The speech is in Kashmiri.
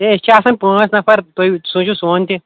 ہے أسۍ چھِ آسَان پانٛژھ نَفر تۄہہِ سوٗنٛچِو سون تہِ